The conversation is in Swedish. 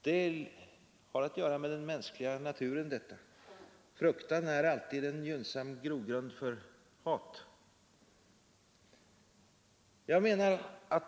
Detta har att göra med den mänskliga naturen. Fruktan är alltid en gynnsam grogrund för hatet.